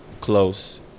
close